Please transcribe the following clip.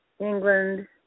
England